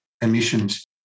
emissions